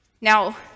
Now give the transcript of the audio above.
Now